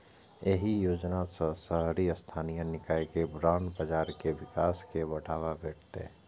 एहि योजना सं शहरी स्थानीय निकाय के बांड बाजार के विकास कें बढ़ावा भेटतै